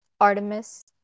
Artemis